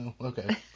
okay